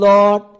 Lord